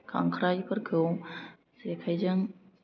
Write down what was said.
खांख्राइफोरखौ जेखाइजों